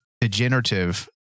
degenerative